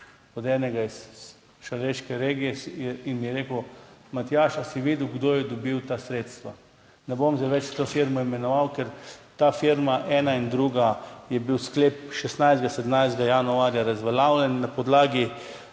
od nekoga iz šaleške regije in mi je rekel, Matjaž, ali si videl, kdo je dobil ta sredstva. Zdaj ne bom več te firme imenoval, ker za to firmo, eno in drugo, je bil sklep 16., 17. januarja razveljavljen. Na podlagi